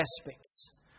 aspects